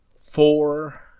four